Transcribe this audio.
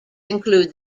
include